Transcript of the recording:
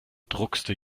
druckste